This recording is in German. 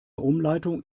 umleitung